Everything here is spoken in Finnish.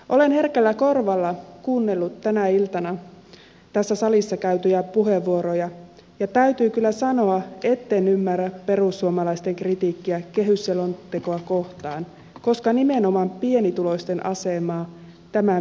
olen herkällä korvalla kuunnellut tänä iltana tässä salissa käytettyjä puheenvuoroja ja täytyy kyllä sanoa etten ymmärrä perussuomalaisten kritiikkiä kehysselontekoa kohtaan koska nimenomaan pienituloisten asemaa tämän myötä parannetaan